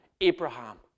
Abraham